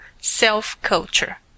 self-culture